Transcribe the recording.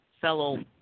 fellow